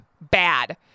bad